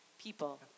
people